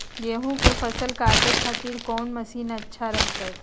गेहूं के फसल काटे खातिर कौन मसीन अच्छा रहतय?